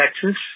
Texas